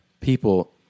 people